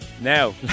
Now